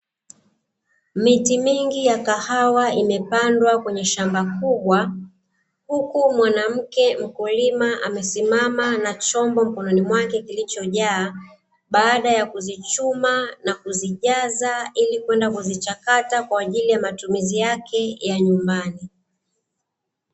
Miti mingi ya Kahawa imepandwa kwenye Shamba kubwa, Huku mwanamke mkulima amesimama na chombo mkononi mwake kilicho jaa, baada ya kuzichuma na kuzijaza ili kwenda kuzichakata kwaajili ya matumizi yake ya nyumbani.